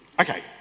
Okay